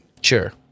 Sure